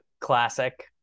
Classic